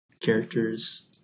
characters